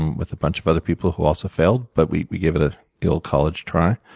um with a bunch of other people who also failed, but we we gave it ah the old college try.